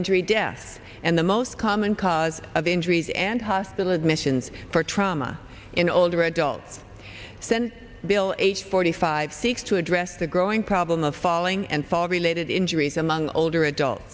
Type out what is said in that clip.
injury deaths and the most common cause of injuries and hospital admissions for trauma in older adults sen bill age forty five seeks to address the growing problem of falling and falling related injuries among older adult